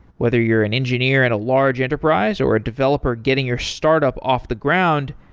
whether you're an engineer at a large enterprise, or a developer getting your startup off the ground,